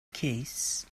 case